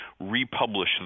republish